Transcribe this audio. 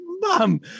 Mom